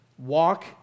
Walk